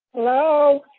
hello?